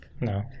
no